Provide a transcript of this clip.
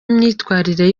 imyitwarire